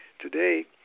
today